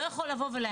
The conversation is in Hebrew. לא יכול להחליט